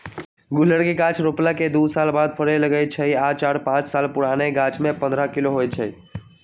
गुल्लर के गाछ रोपला के दू साल बाद फरे लगैए छइ आ चार पाच साल पुरान गाछमें पंडह किलो होइ छइ